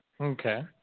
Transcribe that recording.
Okay